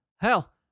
Hell